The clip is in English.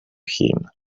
him